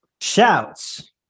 Shouts